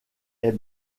est